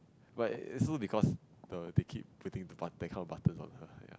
but it it's also because the they keep putting the button that kind of buttons on her ya